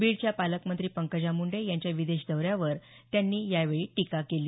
बीडच्या पालकमंत्री पंकजा मुंडे यांच्या विदेश दौऱ्यावर त्यांनी यावेळी टीका केली